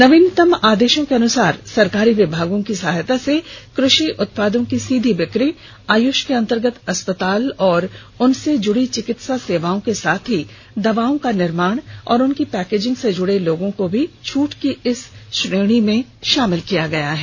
नवीनतम आदेशों के अनुसार सरकारी विभागों की सहायता से कृषि उत्पादों की सीधी बिक्री आयुष के अंतर्गत अस्पताल और उनसे जुड़ी चिकित्सा सेवाओं के साथ ही दवाओं का निर्माण और उनकी पैकेजिंग से जुड़े लोगों को भी छूट की इस श्रेणी में शामिल किया गया है